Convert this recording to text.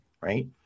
right